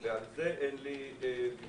ועל זה אין לי ויכוח.